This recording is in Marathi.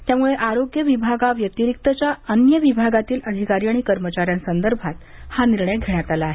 त्यामुळे आरोग्य विभाग व्यतिरिक्तच्या अन्य विभागातील अधिकारी आणि कर्मचाऱ्यांसंदर्भात हा निर्णय घेण्यात आला आहे